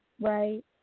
Right